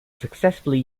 successfully